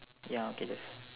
ya okay there's